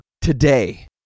today